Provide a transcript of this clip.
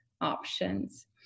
options